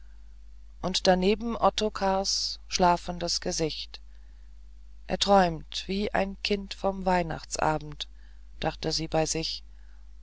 und daneben ottokars schlafendes gesicht er träumt wie ein kind vom weihnachtsabend dachte sie bei sich